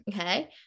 okay